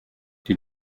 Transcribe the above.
die